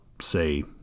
say